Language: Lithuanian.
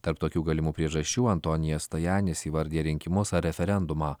tarp tokių galimų priežasčių antonija stajanis įvardija rinkimus ar referendumą